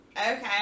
okay